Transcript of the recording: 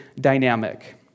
dynamic